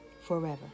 forever